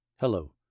Hello